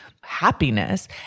happiness